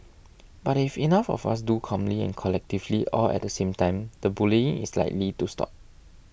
but if enough of us do calmly and collectively all at the same time the bullying is likely to stop